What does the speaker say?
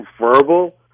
verbal